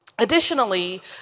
Additionally